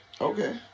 Okay